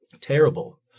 terrible